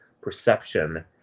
perception